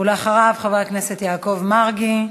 ואחריו, חבר הכנסת יעקב מרגי.